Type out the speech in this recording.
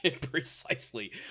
precisely